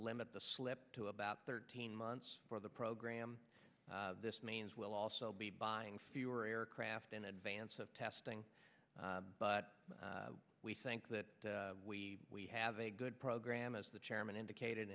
limit the slip to about thirteen months for the program this means we'll also be buying fewer aircraft in advance of testing but we think that we we have a good program as the chairman indicated